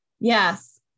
Yes